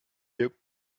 you